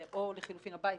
או לחילופין הביתה,